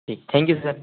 ठीक thank you sir